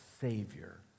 Savior